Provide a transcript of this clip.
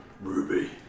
Ruby